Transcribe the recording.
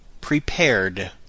prepared